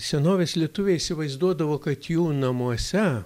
senovės lietuviai įsivaizduodavo kad jų namuose